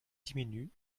diminuent